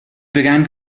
began